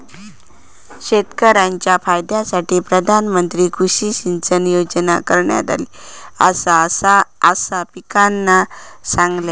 शेतकऱ्यांच्या फायद्यासाठी प्रधानमंत्री कृषी सिंचाई योजना करण्यात आली आसा, असा पिंकीनं सांगल्यान